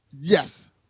Yes